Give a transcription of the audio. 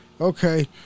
Okay